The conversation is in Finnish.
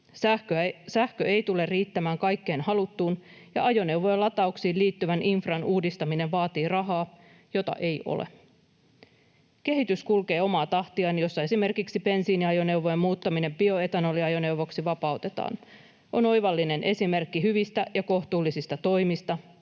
Sähkö ei tule riittämään kaikkeen haluttuun, ja ajoneuvojen latauksiin liittyvän infran uudistaminen vaatii rahaa, jota ei ole. Kehitys kulkee omaa tahtiaan, jossa esimerkiksi bensiiniajoneuvojen muuttaminen bioetanoliajoneuvoiksi vapautetaan — tämä on oivallinen esimerkki hyvistä ja kohtuullisista toimista